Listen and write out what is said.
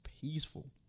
peaceful